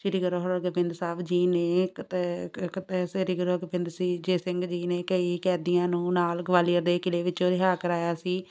ਸ਼੍ਰੀ ਗੁਰੂ ਹਰਗੋਬਿੰਦ ਸਾਹਿਬ ਜੀ ਨੇ ਕਤੇ ਕਤੇ ਸ਼੍ਰੀ ਗੁਰੂ ਹਰਗੋਬਿੰਦ ਸੀ ਜੀ ਸਿੰਘ ਜੀ ਨੇ ਕਈ ਕੈਦੀਆਂ ਨੂੰ ਨਾਲ ਗਵਾਲੀਅਰ ਦੇ ਕਿਲੇ ਵਿੱਚੋਂ ਰਿਹਾਅ ਕਰਵਾਇਆ ਸੀ